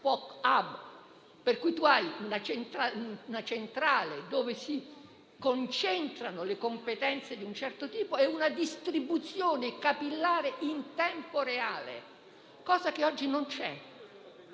per cui si ha una centrale dove si concentrano le competenze di un certo tipo e una distribuzione capillare in tempo reale, cosa che oggi non c'è.